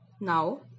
Now